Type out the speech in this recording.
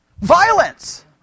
Violence